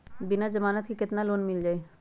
बिना जमानत के केतना लोन मिल जाइ?